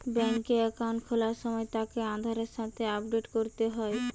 বেংকে একাউন্ট খোলার সময় তাকে আধারের সাথে আপডেট করতে হয়